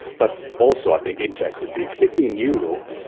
but also i think interestingly, particularly in europe,